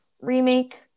remake